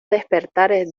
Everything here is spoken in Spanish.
despertares